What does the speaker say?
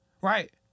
Right